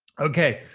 ok.